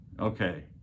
okay